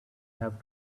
have